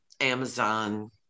amazon